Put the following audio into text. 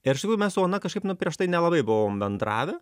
ir iš tikrųjų mes su ona kažkaip nu prieš tai nelabai buvom bendravę